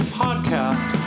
podcast